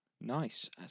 Nice